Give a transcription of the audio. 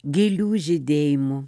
gėlių žydėjimu